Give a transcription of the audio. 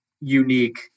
unique